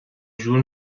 جور